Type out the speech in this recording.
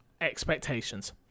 expectations